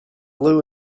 loo